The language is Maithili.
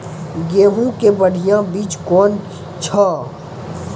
गेहूँ के बढ़िया बीज कौन छ?